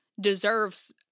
deserves